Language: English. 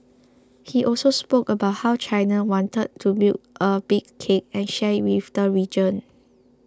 he also spoke about how China wanted to build a big cake and share it with the region